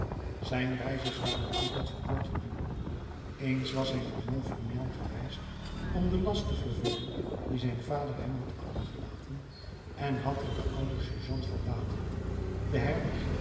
zijn reisjes waren altijd van korten duur eens was hij naar montfermeil gereisd om den last te vervullen dien zijn vader hem had achtergelaten en had er den ouden sergeant van waterloo den herbergier